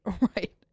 Right